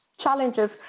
Challenges